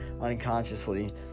unconsciously